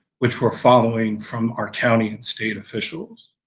which we're following from our county and state officials.